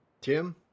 Tim